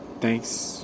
thanks